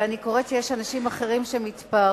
ואני קוראת שיש אנשים אחרים שמתפארים